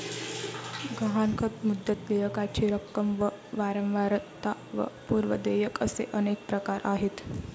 गहाणखत, मुदत, देयकाची रक्कम व वारंवारता व पूर्व देयक असे अनेक प्रकार आहेत